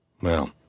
Well